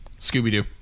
scooby-doo